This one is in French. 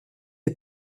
est